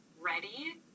ready